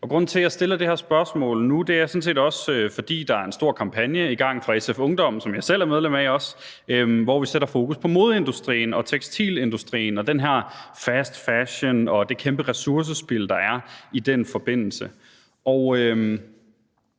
Grunden til, at jeg nu stiller det her spørgsmål, er jo sådan set også, at der er en stor kampagne i gang fra SF Ungdom, som jeg også selv er medlem af, hvor vi sætter fokus på modeindustrien og tekstilindustrien og den her fast fashion og det kæmpe ressourcespild, der er i den forbindelse.